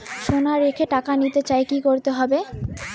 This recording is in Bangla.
সোনা রেখে টাকা নিতে চাই কি করতে হবে?